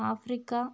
Africa